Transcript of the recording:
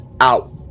out